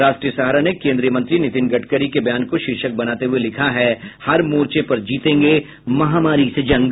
राष्ट्रीय सहारा ने केंद्रीय मंत्री नितिन गडकरी के बयान को शीर्षक बनाते हुये लिखा है हर मोर्चे पर जीतेंगे महामारी से जंग